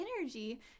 energy